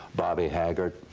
bobby haggart